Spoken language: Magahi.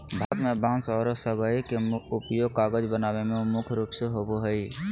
भारत में बांस आरो सबई के उपयोग कागज बनावे में मुख्य रूप से होबो हई